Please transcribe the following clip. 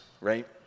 right